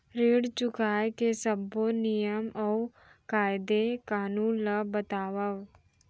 ऋण चुकाए के सब्बो नियम अऊ कायदे कानून ला बतावव